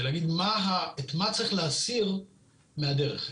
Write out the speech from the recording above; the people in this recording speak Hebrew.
ולהגיד את מה צריך להסיר מהדרך.